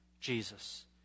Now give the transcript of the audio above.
Jesus